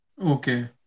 Okay